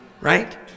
Right